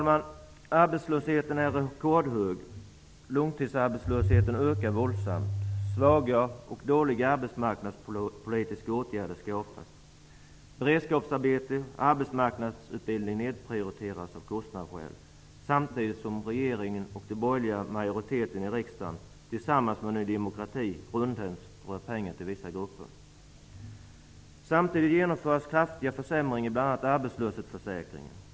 Arbetslösheten är rekordhög. Långtidsarbetslösheten ökar våldsamt. Svaga och dåliga arbetsmarknadspolitiska åtgärder skapas. Beredskapsarbeten och arbetsmarknadsutbildning nedprioriteras av kostnadsskäl, samtidigt som regeringen och den borgerliga majoriteten i riksdagen tillsammans med Ny demokrati rundhänt strör pengar till vissa grupper. Samtidigt genomförs kraftiga försämringar i bl.a. arbetslöshetsförsäkringen.